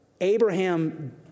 Abraham